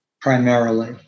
Primarily